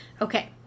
Okay